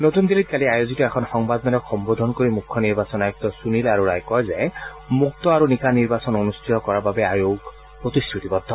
নতুন দিল্লীত কালি আয়োজিত এখন সংবাদমেলক সম্বোধন কৰি মুখ্য নিৰ্বাচন আয়ুক্ত সুনীল আৰোৰাই কয় যে মুক্ত আৰু নিকা নিৰ্বাচন অনুষ্ঠিত কৰাৰ বাবে আয়োগ প্ৰতিশ্ৰুতিবদ্ধ